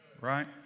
right